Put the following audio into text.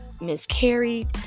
miscarried